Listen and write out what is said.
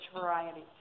variety